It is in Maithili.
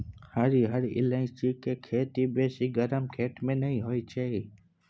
हरिहर ईलाइची केर खेती बेसी गरम खेत मे नहि होइ छै